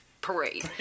parade